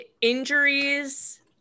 Injuries